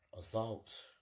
assault